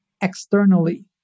externally